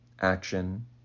action